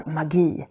magi